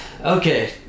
Okay